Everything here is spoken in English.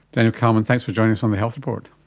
and kalman, thanks for joining us on the health report.